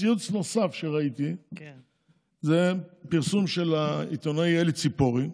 ציוץ נוסף שראיתי זה פרסום של העיתונאי אלי ציפורי,